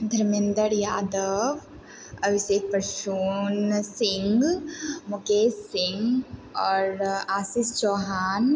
धर्मेन्द्र यादव अभिषेक प्रसून सिंह मुकेश सिंह आओर आशीष चौहान